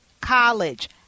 college